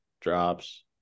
drops